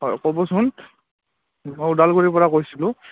হয় ক'বচোন মই ওদালগুৰিৰপৰা কৈছিলোঁ